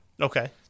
Okay